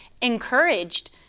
encouraged